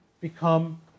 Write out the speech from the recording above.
become